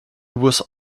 was